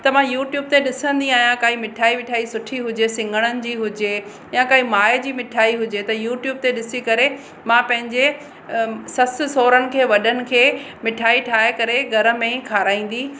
त मां यूट्यूब ते ॾिसंदी आहियां काई मिठाई विठाई सुठी हुजे सिंगड़नि जी हुजे या काई माए जी मिठाई हुजे त यूट्यूब ते ॾिसी करे मां पंहिंजे अ ससु सोहरनि खे वॾनि खे मिठाई ठाहे करे घर में ई खाराईंदी